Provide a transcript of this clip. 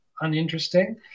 uninteresting